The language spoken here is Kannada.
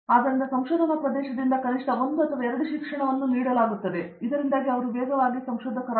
ಆದ್ದರಿಂದ ಸಂಶೋಧನಾ ಪ್ರದೇಶದಿಂದ ಕನಿಷ್ಟ 1 ಅಥವಾ 2 ಶಿಕ್ಷಣವನ್ನು ನೀಡಲಾಗುತ್ತದೆ ಇದರಿಂದಾಗಿ ಅವರು ವೇಗವಾಗಿ ಹೋಗುತ್ತಾರೆ